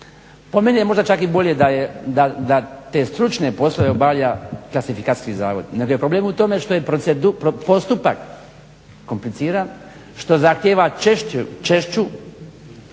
Po meni je možda čak i bolje da te stručne poslove obavlja klasifikacijski zavod, nego je problem u tome što je postupak kompliciran, što zahtijeva češći